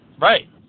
Right